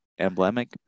emblemic